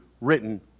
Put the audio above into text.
written